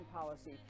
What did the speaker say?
policy